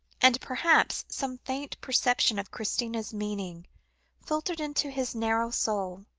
and perhaps some faint perception of christina's meaning filtered into his narrow soul,